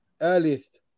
earliest